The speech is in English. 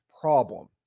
problem